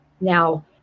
now